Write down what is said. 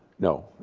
no,